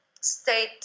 state